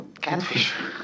Catfish